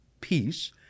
peace